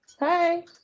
hi